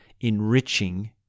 enriching